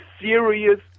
serious